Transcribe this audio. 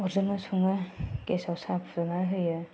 अरजोंनो सङो गेसाव साहा फुदुंनानै होयो